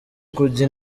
kujya